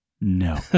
no